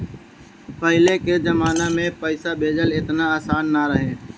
पहिले के जमाना में पईसा भेजल एतना आसान ना रहे